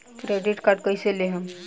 Credit card कईसे लेहम?